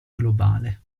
globale